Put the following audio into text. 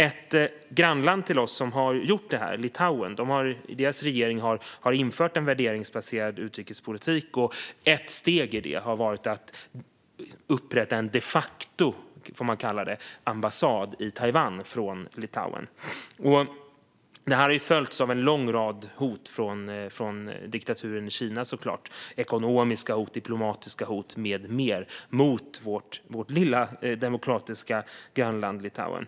Ett grannland till oss, Litauen, har gjort detta. Deras regering har infört en värderingsbaserad utrikespolitik. Ett steg i det har varit att Litauen upprättat vad man de facto får kalla en ambassad i Taiwan. Detta har ju följts av en lång rad hot från diktaturen i Kina, såklart - ekonomiska hot, diplomatiska hot med mera - mot vårt lilla, demokratiska grannland Litauen.